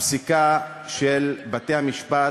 הפסיקה של בתי-המשפט